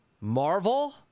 marvel